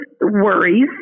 worries